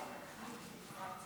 של תביעה בשל תקיפה מינית או התעללות),